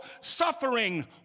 suffering